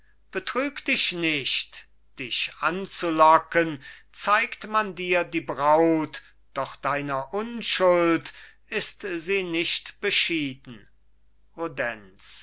dich nicht dich anzulocken zeigt man dir die braut doch deiner unschuld ist sie nicht beschieden